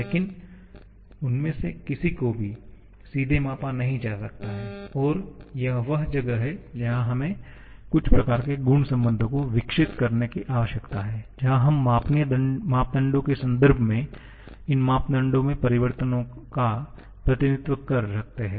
लेकिन उनमें से किसी को भी सीधे मापा नहीं जा सकता है और यह वह जगह है जहां हमें कुछ प्रकार के गुण संबंधों को विकसित करने की आवश्यकता है जहां हम मापनीय मापदंडों के संदर्भ में इन मापदंडों में परिवर्तन का प्रतिनिधित्व कर सकते हैं